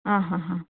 आ हा हा